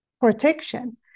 protection